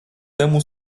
temu